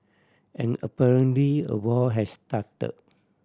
and apparently a war has start